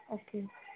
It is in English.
okay